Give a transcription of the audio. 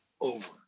over